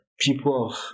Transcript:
people